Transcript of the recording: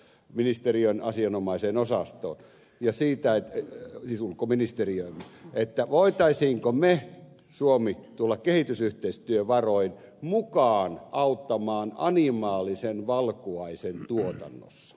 ministeriön asianomaisen osasto kehitysyhteistyöministeriön asianomaiseen osastoon siis ulkoministeriöön että voisimmeko me suomi tulla kehitysyhteistyövaroin mukaan auttamaan animaalisen valkuaisen tuotannossa